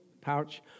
pouch